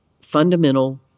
fundamental